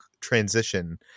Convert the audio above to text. transition